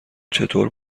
چطور